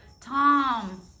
Tom